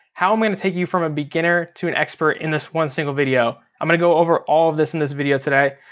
how i'm gonna take you from a beginner to an expert, in this one single video. i'm gonna go over all of this in this video today.